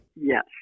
Yes